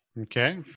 Okay